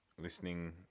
listening